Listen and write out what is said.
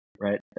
right